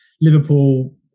Liverpool